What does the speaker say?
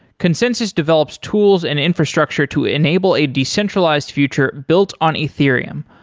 consensys develops tools and infrastructure to enable a decentralized future built on ethereum,